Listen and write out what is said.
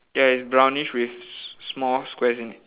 ya it's brownish with s~ small squares in it